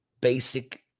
basic